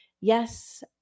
Yes